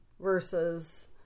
versus